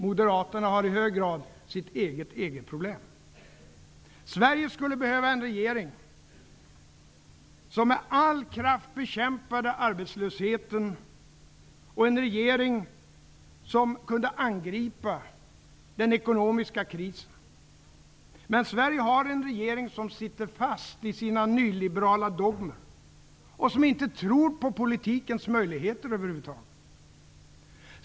Moderaterna har i hög grad sitt eget EG-problem. Sverige skulle behöva en regering som med all kraft bekämpade arbetslösheten, en regering som kunde angripa den ekonomiska krisen. Men Sverige har en regering som sitter fast i sina nyliberala dogmer och som över huvud taget inte tror på politikens möjligheter.